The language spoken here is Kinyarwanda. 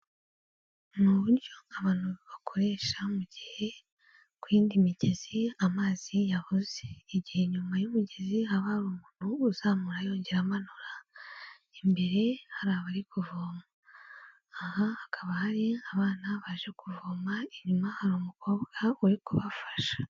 Ni uburyo abantu bakoresha mu gihe ku yindi migezi amazi yabuze, igihe inyuma y'umugezi haba hari umuntu uzamura yongera amanura imbere hari abari kuvoma, aha hakaba hari abana baje kuvoma inyuma hari umukobwa uri kubafasha.